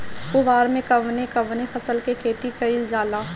कुवार में कवने कवने फसल के खेती कयिल जाला?